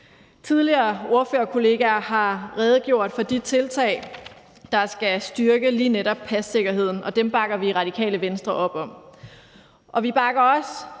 Tidligere ordførerkollegaer har redegjort for de tiltag, der skal styrke lige netop passikkerheden, og dem bakker vi i Radikale Venstre op om.